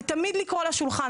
ותמיד לקרוא לשולחן,